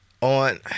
on